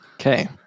Okay